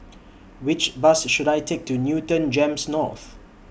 Which Bus should I Take to Newton Gems North